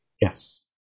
Yes